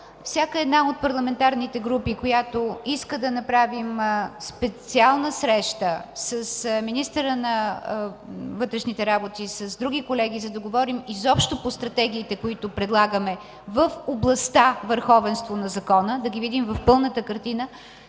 всяка от парламентарните групи, която иска да направим специална среща с министъра на вътрешните работи, с други колеги, за да говорим изобщо по стратегиите, които предлагаме в областта върховенство на закона, да ги видим в пълната картина: